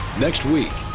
next week.